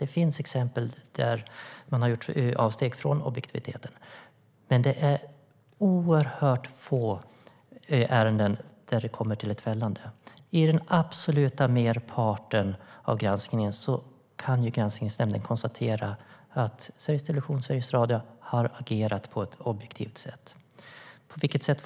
Det finns exempel där man har gjort avsteg från objektiviteten. Men det är oerhört få ärenden som kommer till ett fällande. I den absoluta merparten av granskningsärendena kan Granskningsnämnden konstatera att Sveriges Television och Sveriges Radio har agerat på ett objektivt sätt.